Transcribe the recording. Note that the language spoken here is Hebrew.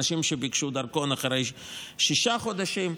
אנשים שביקשו דרכון אחרי שישה חודשים,